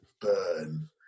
burn